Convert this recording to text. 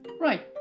Right